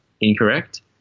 incorrect